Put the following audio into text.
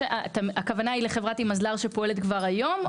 הכוונה היא לחברת ׳Imazlar׳ שפועלת כבר היום?